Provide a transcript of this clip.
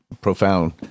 profound